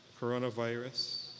coronavirus